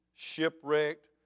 shipwrecked